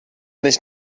nicht